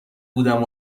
بودم